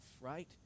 right